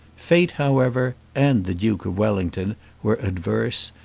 fate, however, and the duke of wellington were adverse,